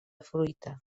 fruita